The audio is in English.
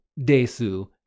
desu